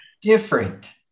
different